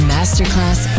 Masterclass